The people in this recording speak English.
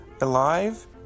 alive